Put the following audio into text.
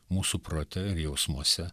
mūsų prote ir jausmuose